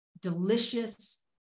delicious